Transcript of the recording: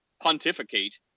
pontificate